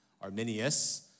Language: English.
Arminius